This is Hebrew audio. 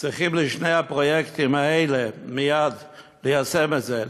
צריכים לשני הפרויקטים האלה מייד ליישם את זה,